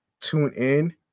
TuneIn